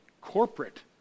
corporate